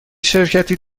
شرکتی